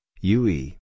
UE